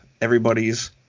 everybody's